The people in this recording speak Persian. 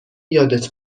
یادت